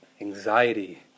anxiety